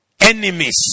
enemies